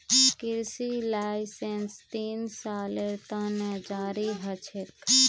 कृषि लाइसेंस तीन सालेर त न जारी ह छेक